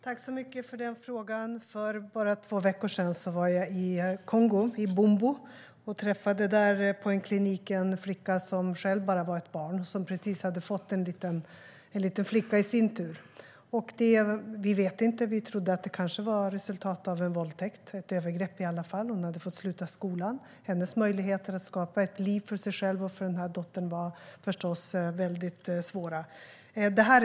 Herr talman! Jag tackar för frågan. När jag för bara två veckor sedan var i Bombo i Kongo träffade jag på en klinik en flicka som själv var bara barnet men som precis hade fått en liten flicka. Vi trodde att det kanske var resultatet av en våldtäkt eller i alla fall ett övergrepp. Hon hade fått sluta skolan, och hennes möjlighet att skapa ett liv för sig själv och sin dotter var förstås liten.